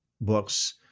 books